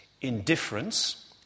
indifference